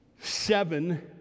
seven